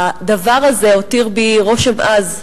הדבר הזה הותיר בי רושם עז.